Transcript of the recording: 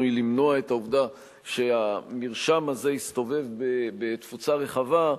היא למנוע את העובדה שהמרשם הזה יסתובב בתפוצה רחבה,